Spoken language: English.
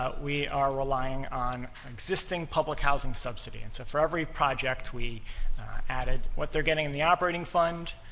ah we are relying on existing public housing subsidies, and so for every project we added, what they're getting in the operating fund,